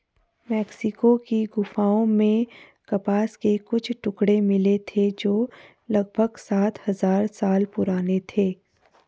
Mexico की गुफाओं में कपास के कुछ टुकड़े मिले थे जो लगभग सात हजार साल पुराने थे